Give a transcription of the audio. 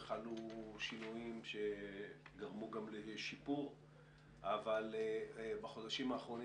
חלו שינויים שגרמו גם לשיפור אבל בחודשים האחרונים